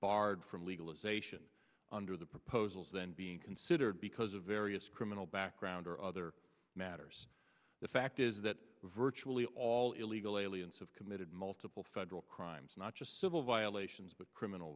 barred from legalization under the proposals then being considered because of various criminal background or other matters the fact is that virtually all illegal aliens have committed multiple federal crimes not just civil violations but criminal